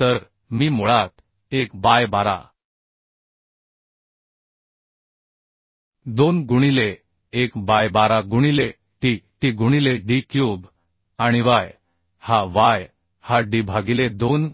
तर मी मुळात 1 बाय 12 2 गुणिले 1 बाय 12 गुणिले T T गुणिले D क्यूब आणि Y हा Y हा D भागिले 2